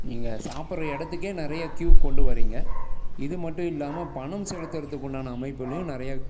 நீங்கள் சாப்பிட்ற இடத்துக்கே நிறைய கியூ கொண்டு வரீங்க இது மட்டும் இல்லாம பணம் செலுத்துறத்துக்குண்டான அமைப்புளையும் நிறைய